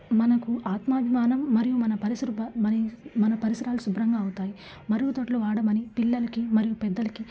మనకు ఆత్మాభిమానం మరియు మన పరిశుభ్ర మరియు మన పరిసరాలు శుభ్రంగా అవుతాయి మరుగుదొడ్డులు వాడమని పిల్లలకి మరియు పెద్దలకి